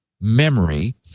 memory